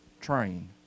train